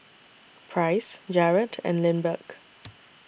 Price Jarad and Lindbergh